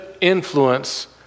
influence